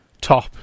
top